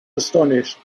astonished